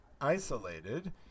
isolated